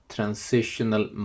Transitional